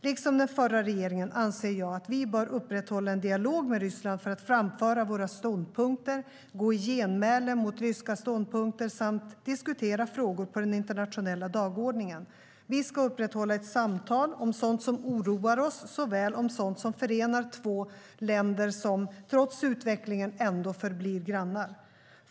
Liksom den förra regeringen anser jag att vi bör upprätthålla en dialog med Ryssland för att framföra våra ståndpunkter, gå i genmäle mot ryska ståndpunkter samt diskutera frågor på den internationella dagordningen. Vi ska upprätthålla ett samtal, om sådant som oroar oss såväl som om sådant som förenar två länder som trots utvecklingen ändå förblir grannar.